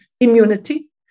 immunity